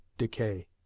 decay